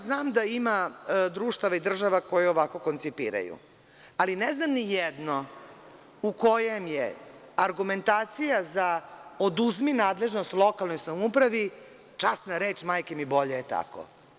Znam da ima društava i država koje ovako koncipiraju, ali ne znam ni jedno u kojem je argumentacija - oduzmi nadležnost lokalnoj samoupravi, časna reč, majke mi, bolje je tako.